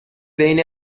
بین